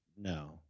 No